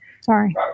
Sorry